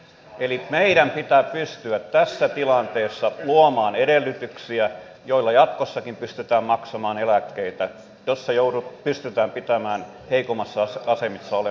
eli meidän pitää pystyä tässä tilanteessa luomaan edellytyksiä joilla jatkossakin pystytään maksamaan eläkkeitä ja joilla pystytään pitämään heikommassa asemassa olevista ihmisistä huolta